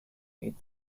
eight